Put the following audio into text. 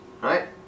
Right